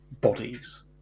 bodies